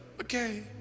okay